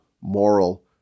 moral